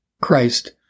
Christ